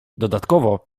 dodatkowo